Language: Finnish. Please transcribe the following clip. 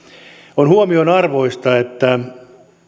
on huomionarvoista että